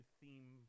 theme